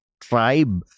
tribe